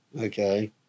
Okay